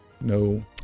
no